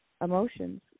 emotions